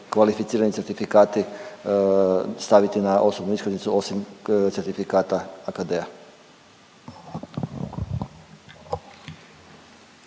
kvalificirani certifikati staviti na osobnu iskaznicu osim certifikata AKD-a?